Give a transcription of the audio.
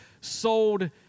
sold